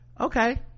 okay